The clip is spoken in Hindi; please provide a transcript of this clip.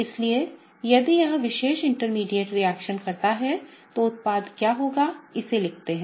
इसलिए यदि यह विशेष इंटरमीडिएट रिएक्शन करता है तो उत्पाद क्या होगा इसे लिखते हैं